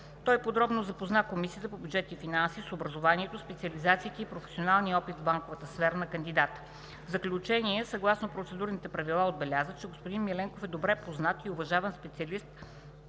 Той подробно запозна Комисията по бюджет и финанси с образованието, специализациите и професионалния опит в банковата сфера на кандидата. В заключение, съгласно процедурните правила отбеляза, че господин Миленков е добре познат и уважаван специалист